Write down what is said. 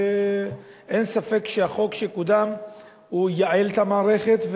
ואין ספק שהחוק שקודם ייעל את המערכת,